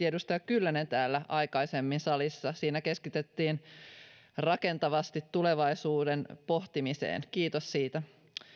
edustaja kyllösen puhe täällä aikaisemmin siinä keskityttiin rakentavasti tulevaisuuden pohtimiseen kiitos siitä